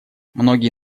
многие